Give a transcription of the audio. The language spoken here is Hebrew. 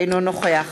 אינו נוכח